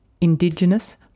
Indigenous